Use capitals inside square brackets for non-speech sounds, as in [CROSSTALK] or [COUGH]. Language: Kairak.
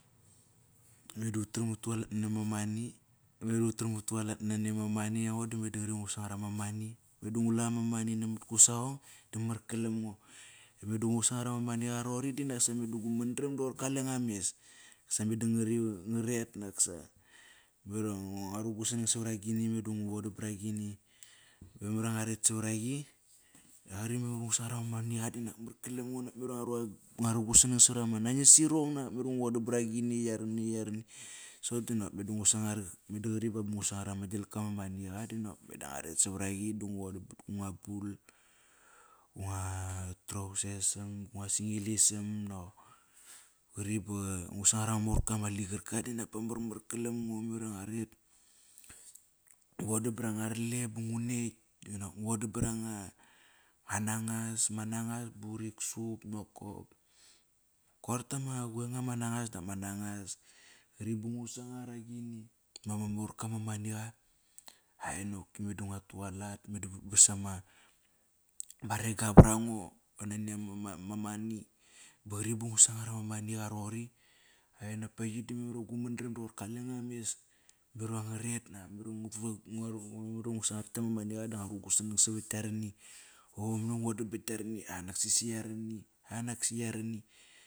Me da u taram u tualat nani ama maney, memar iva u taram u tualat nani ama money, memar iva u taram u taulat nani ama money. Aingo di meda qri va ngu sangar ama money, meda ngu la ma money namat ku saqong di mar kalam ngo. Meda ngu sangar ama money qa rori di nasa meda gu mandaram da qoir kale nga mes. Nasa meda ngari, nga ngaret naksa. Memar iva ngo ru gu sanang savragini meda ngu vodam bragini. Va memar iva ngu ret savaraqi, va qri memar iva ngu sangar ama maniqa dinak mar kalam ngo, nak memar ivang ru gu sanang savarama nangis irong nak. Memar iva ngu vodam bragini, yarani, yarani. Soqop dinak meda ngu sangar, meda ba ba ngu sangar ma gilka ma maniqa di nop meda ngua ret savaraqi, da ngu vodam pat kunga bul. Nga trausesam, gunga singilisam, nak qri ba, ngu sangar ama morka ma ligarka nakpa mamar kalam ngo. Memar iva ngu ret ngu vodam bra nga rle ba ngu netk. Unak ngu vodapranga nga nangas, ba urik sup nokop. Koir tama guenga ma nangas dap ma nangas. Qri ba ngu sangar agini bama morka ma maniqa. Ae nopki me da ngua tualat. Meda vasama ba rega vrango ve naniama ma money. Ba qri ba ngu sangar ama maniqa roqori, de nak pa yi di memar iva gu mandaram di qoir kale nga mes. Memar iva nga ret nak. [UNINTELLIGIBLE] Memar iva ngu sangar yak ama maniqa da ngua ru gu sanang savat yarani. O money va ngu vodam bat yarani ah naksi si yarani, ah naksi yarani.